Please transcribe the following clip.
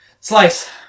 slice